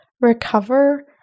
recover